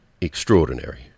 extraordinary